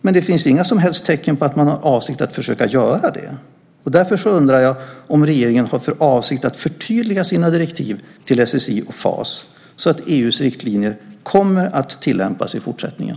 Men det finns inga som helst tecken på att man har för avsikt att försöka göra det. Därför undrar jag om regeringen har för avsikt att förtydliga sina direktiv till SSI och FAS så att EU:s riktlinjer kommer att tillämpas i fortsättningen.